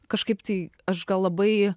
kažkaip tai aš gal labai